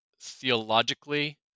theologically